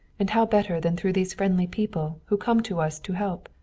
and how better than through those friendly people who come to us to help?